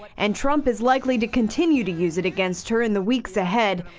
and trump is likely to continue to use it against her in the weeks ahead,